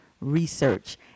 research